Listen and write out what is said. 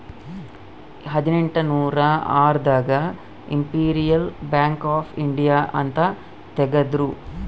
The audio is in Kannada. ಹದಿನೆಂಟನೂರ ಆರ್ ದಾಗ ಇಂಪೆರಿಯಲ್ ಬ್ಯಾಂಕ್ ಆಫ್ ಇಂಡಿಯಾ ಅಂತ ತೇಗದ್ರೂ